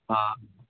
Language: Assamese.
অঁ